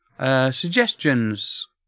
Suggestions